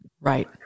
Right